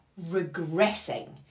regressing